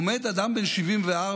עומד אדם בן 74,